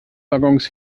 waggons